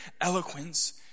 eloquence